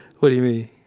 what do you mean?